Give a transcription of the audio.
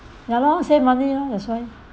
ya lor save money lor that's why